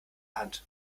hand